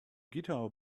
guitar